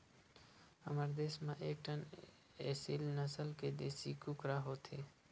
हमर देस म एकठन एसील नसल के देसी कुकरा होथे